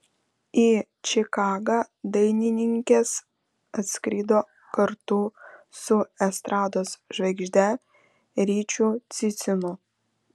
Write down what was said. į čikagą dainininkės atskrido kartu su estrados žvaigžde ryčiu cicinu